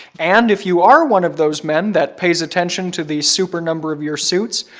and if you are one of those men that pays attention to the super number of your suits,